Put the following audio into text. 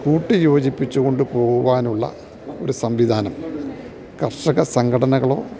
കൂട്ടിയോജിപ്പിച്ചു കൊണ്ടുപോവാനുള്ള ഒരു സംവിധാനം കർഷക സംഘടനകളോ